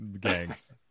gangs